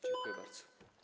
Dziękuję bardzo.